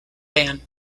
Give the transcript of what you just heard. band